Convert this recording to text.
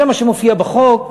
זה מה שמופיע בחוק.